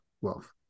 Wealth